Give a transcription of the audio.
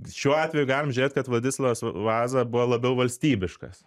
šiuo atveju galim žiūrėt kad vladislovas vaza buvo labiau valstybiškas